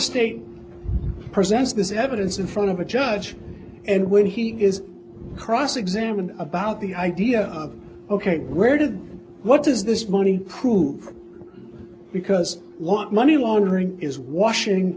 state presents this evidence in front of a judge and when he is cross examined about the idea of ok where did what does this money prove because what money laundering is washing